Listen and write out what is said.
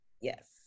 yes